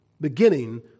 beginning